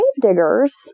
gravediggers